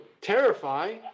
terrify